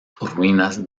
ruinas